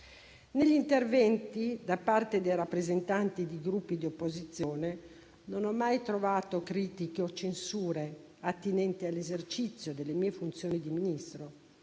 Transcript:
Negli interventi da parte dei rappresentanti di Gruppi di opposizione non ho mai trovato critiche o censure attinenti all'esercizio delle mie funzioni di Ministro.